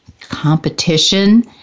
competition